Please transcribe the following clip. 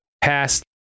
past